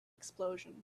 explosion